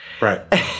Right